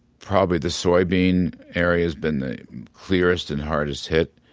probably the soybean area has been the clearest and hardest hit.